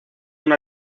una